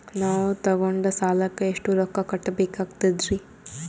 ನಾವು ತೊಗೊಂಡ ಸಾಲಕ್ಕ ಎಷ್ಟು ರೊಕ್ಕ ಕಟ್ಟಬೇಕಾಗ್ತದ್ರೀ?